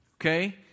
Okay